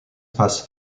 pass